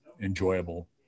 enjoyable